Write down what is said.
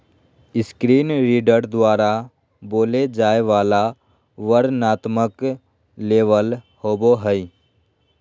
screen reader द्वारा बोलय जाय वला वर्णनात्मक लेबल होबो हइ